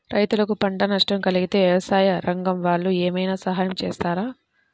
రైతులకు పంట నష్టం కలిగితే వ్యవసాయ రంగం వాళ్ళు ఏమైనా సహాయం చేస్తారా?